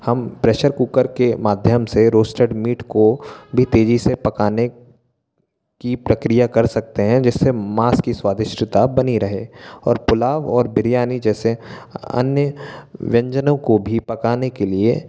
हम pressure cooker के माध्यम से रोस्टेड मीट को भी तेज़ी से पकाने की प्रक्रिया कर सकते हैं जिससे मांस की स्वादिष्टता बनी रहे और पुलाव और बिरयानी जैसे अन्य व्यंजनों को भी पकाने के लिए